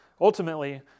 Ultimately